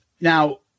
now